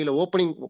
opening